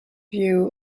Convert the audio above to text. view